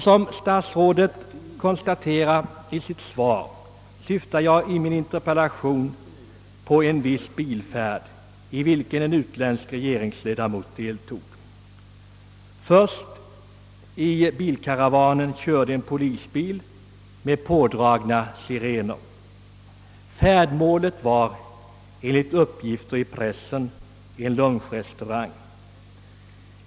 Som statsrådet konstaterar i sitt svar syftar jag i min interpellation på en viss bilfärd, i vilken en utländsk regeringsledamot deltog. Först i bilkaravanen körde en polisbil med pådragna sirener. Färdmålet var enligt uppgifter i pressen en lunchrestaurang.